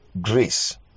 grace